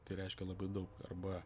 tai reiškia labai daug arba